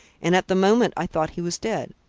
and at the moment i thought he was dead.